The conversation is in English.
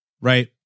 Right